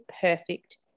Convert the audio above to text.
perfect